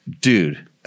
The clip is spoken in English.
dude